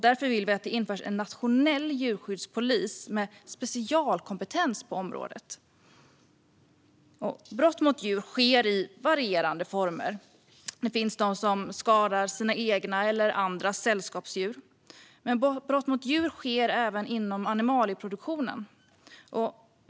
Därför vill vi att det införs en nationell djurskyddspolis med specialkompetens på området. Brott mot djur sker i varierande former. Det finns de som skadar sina egna eller andras sällskapsdjur, men brott mot djur sker även inom animalieproduktionen.